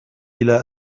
إلى